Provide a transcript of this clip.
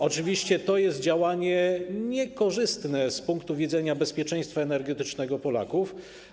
Oczywiście to jest, to było działanie niekorzystne z punktu widzenia bezpieczeństwa energetycznego Polaków.